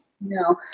No